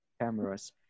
cameras